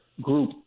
group